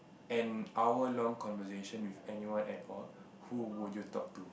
an hour long conversation with anyone at all who would you talk to